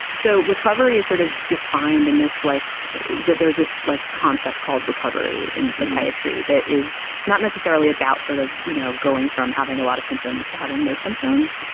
so recovery is sort of defined in this like that. there's this like concept called recovery in psychiatry that is not necessarily about sort of, you know, going from having a lot of symptoms to having no symptoms.